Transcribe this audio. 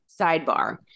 Sidebar